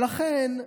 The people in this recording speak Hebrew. ולכן,